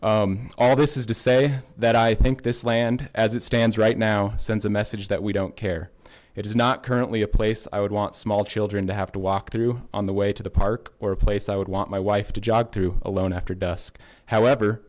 ground all this is to say that i think this land as it stands right now sends a message that we don't care it is not currently a place i would want small children to have to walk through on the way to the park or a place i would want my wife to jog through alone after dusk however